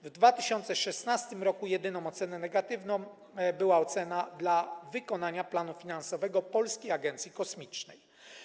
W 2016 r. jedyną oceną negatywną była ocena wykonania planu finansowego Polskiej Agencji Kosmicznej.